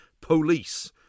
police